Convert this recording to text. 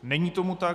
Není tomu tak.